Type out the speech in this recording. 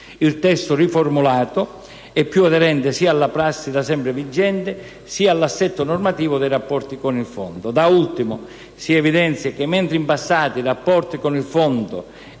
il testo così riformulato è più aderente sia alla prassi da sempre vigente sia all'assetto normativo dei rapporti con il Fondo. Da ultimo, si evidenzia che, mentre in passato i rapporti con il Fondo